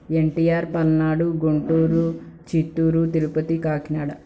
NTR Palnadu Guntur Chittoor Tirupati Kakinada